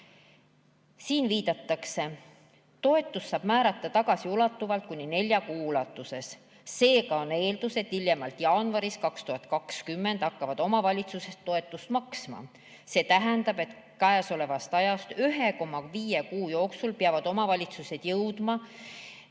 Siin viidatakse, et toetust saab määrata tagasiulatuvalt kuni nelja kuu ulatuses. Seega on eeldus, et hiljemalt jaanuaris 2022 hakkavad omavalitsused toetust maksma. See tähendab, et käesolevast ajast 1,5 kuu jooksul peavad omavalitsused jõudma